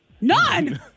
None